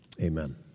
amen